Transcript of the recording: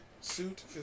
suit